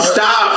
Stop